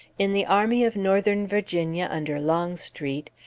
in the army of northern virginia under longstreet,